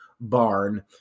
barn